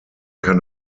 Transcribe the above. kann